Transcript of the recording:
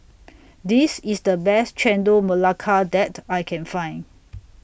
This IS The Best Chendol Melaka that I Can Find